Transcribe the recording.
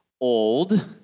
old